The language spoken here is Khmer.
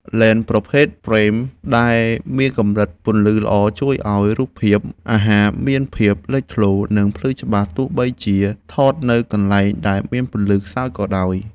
លែនប្រភេទ ព្រែម ដែលមានកម្រិតពន្លឺល្អ ជួយឱ្យរូបភាពអាហារមានភាពលេចធ្លោ និងភ្លឺច្បាស់ទោះបីជាថតនៅកន្លែងដែលមានពន្លឺខ្សោយក៏ដោយ។